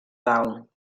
dalt